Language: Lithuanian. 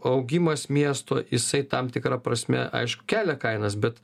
augimas miesto jisai tam tikra prasme aišku kelia kainas bet